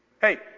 Hey